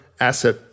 asset